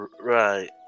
Right